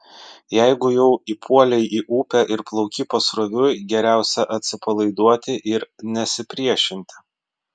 jeigu jau įpuolei į upę ir plauki pasroviui geriausia atsipalaiduoti ir nesipriešinti